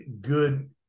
good